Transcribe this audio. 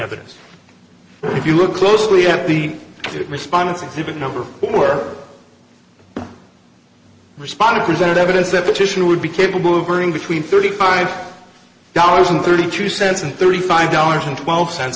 evidence if you look closely at the responses to the number or respond presented evidence that petition would be capable of earning between thirty five dollars and thirty two cents and thirty five dollars and twelve cents